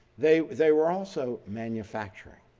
they they were also manufacturing.